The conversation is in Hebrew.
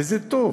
וזה טוב,